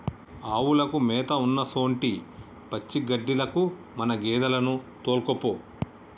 ఆవులకు మేత ఉన్నసొంటి పచ్చిగడ్డిలకు మన గేదెలను తోల్కపో